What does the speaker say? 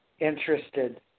Interested